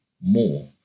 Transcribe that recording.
more